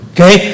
Okay